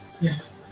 yes